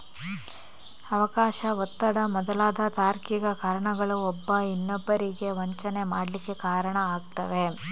ಅವಕಾಶ, ಒತ್ತಡ ಮೊದಲಾದ ತಾರ್ಕಿಕ ಕಾರಣಗಳು ಒಬ್ಬ ಇನ್ನೊಬ್ಬರಿಗೆ ವಂಚನೆ ಮಾಡ್ಲಿಕ್ಕೆ ಕಾರಣ ಆಗ್ತವೆ